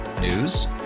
News